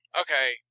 Okay